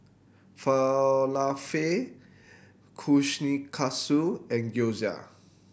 Falafel Kushikatsu and Gyoza